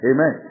Amen